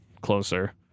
closer